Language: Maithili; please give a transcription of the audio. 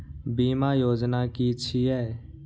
बीमा योजना कि छिऐ?